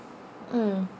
mm